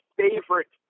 favorite